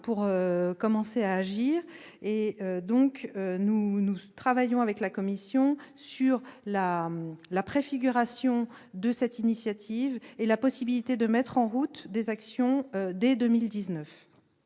pour commencer à agir : nous travaillons avec la Commission sur la préfiguration de cette initiative et sur la possibilité de mettre en route des actions dès 2019.